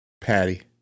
Patty